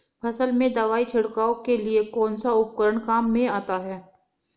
फसल में दवाई छिड़काव के लिए कौनसा उपकरण काम में आता है?